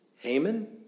Haman